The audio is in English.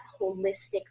holistic